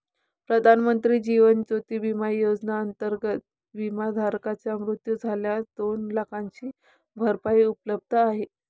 प्रधानमंत्री जीवन ज्योती विमा योजनेअंतर्गत, विमाधारकाचा मृत्यू झाल्यास दोन लाखांची भरपाई उपलब्ध आहे